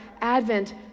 Advent